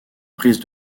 prise